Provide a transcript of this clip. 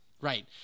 Right